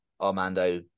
Armando